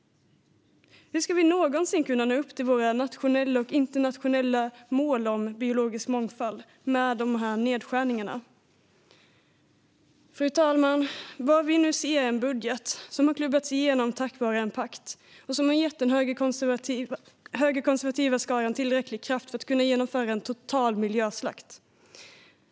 Hur ska vi någonsin kunna nå upp till våra nationella och internationella mål om biologisk mångfald med dessa nedskärningar? Fru talman! Vad vi ser nu är en budget som har klubbats igenom tack vare en pakt, som har gett den högerkonservativa skaran tillräcklig kraft att genomföra en total miljöslakt.